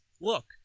Look